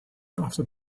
after